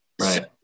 Right